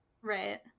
Right